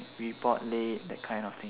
report late that kind of thing